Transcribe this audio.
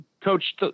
Coach